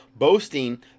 Boasting